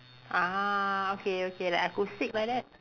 ah okay okay like acoustic like that